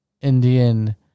Indian